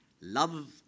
Love